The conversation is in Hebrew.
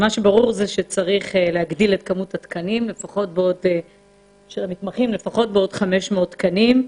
ברור שצריך להגדיל את כמות התקנים של המתמחים לפחות בעוד 500 תקנים.